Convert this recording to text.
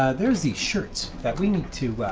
there are these shirts that we need to